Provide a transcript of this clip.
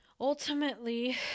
ultimately